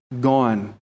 gone